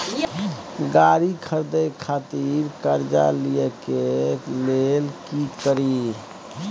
गाड़ी खरीदे खातिर कर्जा लिए के लेल की करिए?